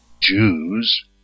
Jews